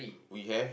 we have